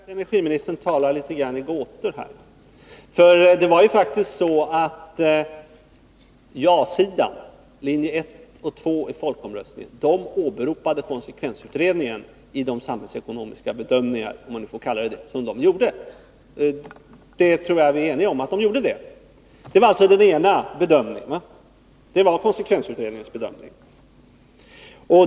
Fru talman! Jag tycker att energiministern talar litet grand i gåtor här. Det var faktiskt så att ja-sidan, dvs. linje 1 och linje 2 i folkomröstningen, åberopade konsekvensutredningen i de samhällsekonomiska bedömningar — om man nu får kalla dem så — som man gjorde. Jag tror att vi är överens om att det var konsekvensutredningen som gjorde dem. Den ena bedömningen gjorde alltså konsekvensutredningen.